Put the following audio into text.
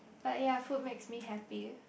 but ya food makes me happy